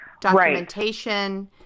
documentation